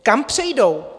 Kam přejdou?